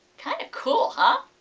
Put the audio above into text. kind of cool, huh?